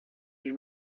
die